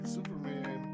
Superman